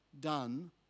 done